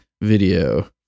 video